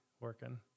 working